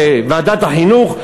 בוועדת החינוך,